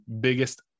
biggest